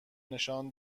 نشان